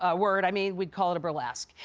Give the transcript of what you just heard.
ah word i mean, we call it a burlesque,